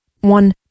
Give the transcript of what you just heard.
One